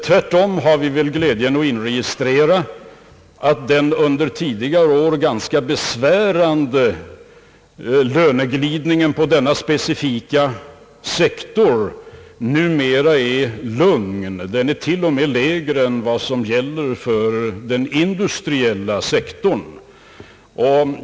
Tvärtom har vi väl glädjen att inregistrera att den under tidigare år ganska besvärande löneglidningen på denna specifika sektor numera är lugn. Den är t.o.m. lägre än vad som gäller för den industriella sektorn.